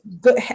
good